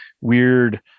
weird